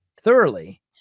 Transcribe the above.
thoroughly